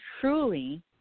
truly